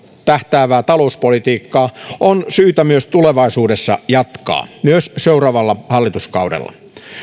tähtäävää talouspolitiikkaa on syytä myös tulevaisuudessa jatkaa myös seuraavalla hallituskaudella